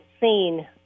seen